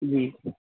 جی